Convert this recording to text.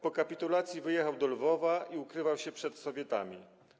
Po kapitulacji wyjechał do Lwowa i ukrywał się przed Sowietami.